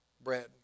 bread